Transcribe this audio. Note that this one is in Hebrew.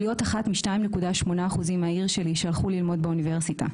של להיות אחת מ-2.8% מהעיר שלי שהלכו ללמוד באוניברסיטה,